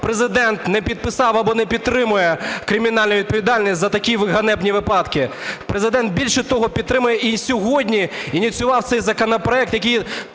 Президент не підписав або не підтримує кримінальну відповідальність за такі ганебні випадки. Президент, більше того, підтримує і сьогодні ініціював цей законопроект, який